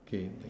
okay like